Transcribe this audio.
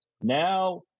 now